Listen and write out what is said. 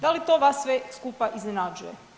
Da li to vas sve skupa iznenađuje?